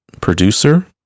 producer